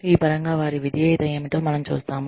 ఈ పరంగా వారి విధేయత ఏమిటో మనం చూస్తాము